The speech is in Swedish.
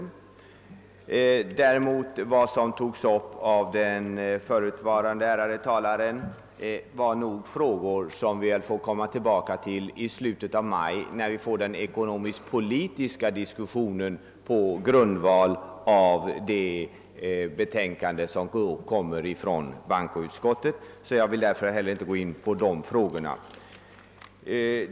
De frågor som togs upp av den ärade talare, som hade ordet före mig, anser jag att vi får återkomma till i slutet av maj när vi skall föra den ekonomiskpolitiska debatten på grundval av bankoutskottets utlåtande. Jag vill därför inte heller gå in på dessa frågor nu.